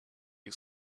you